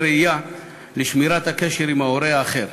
ראייה לשמירת הקשר עם ההורה האחר.